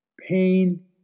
pain